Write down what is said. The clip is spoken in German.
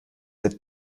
auch